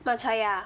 Matchaya